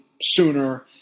sooner